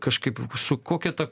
kažkaip su kokia ta